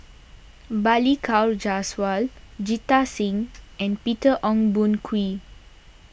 Balli Kaur Jaswal Jita Singh and Peter Ong Boon Kwee